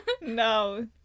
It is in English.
No